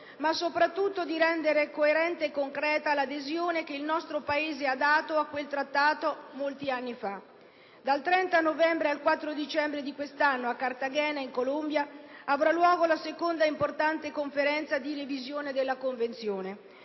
ma soprattutto di rendere coerente e concreta l'adesione che il nostro Paese ha dato a quel Trattato ormai molti anni fa. Dal 30 novembre al 4 dicembre di quest'anno, a Cartagena in Colombia, avrà luogo la seconda importante conferenza di revisione della Convenzione.